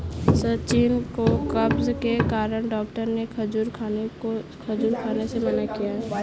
सचिन को कब्ज के कारण डॉक्टर ने खजूर खाने से मना किया